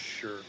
sure